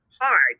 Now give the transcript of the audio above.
hard